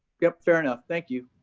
yep, fair enough, thank you.